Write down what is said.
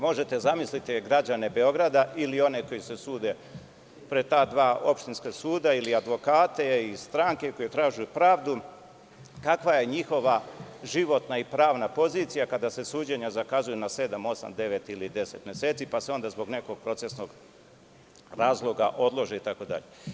Možete zamisliti građane Beograda ili one koji se sude pred ta dva opštinska suda ili advokate i stranke koje traže pravdu, kakva je njihova životna i pravna pozicija kada se suđenja zakazuju na sedam, osam, devet ili deset meseci, pa se onda zbog nekog procesnog razloga odlože itd.